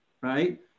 right